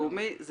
בבקשה.